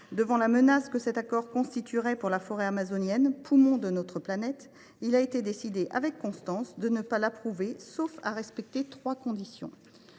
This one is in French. Face à la menace que cet accord constituerait pour la forêt amazonienne, poumon de notre planète, il a été décidé, avec constance, de ne pas l’approuver, sauf si trois conditions